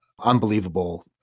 unbelievable